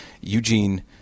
Eugene